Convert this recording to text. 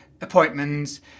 appointments